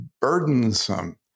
burdensome